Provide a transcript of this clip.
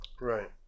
right